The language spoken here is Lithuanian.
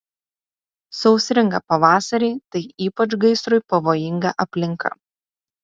sausringą pavasarį tai ypač gaisrui pavojinga aplinka